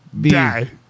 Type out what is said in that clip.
Die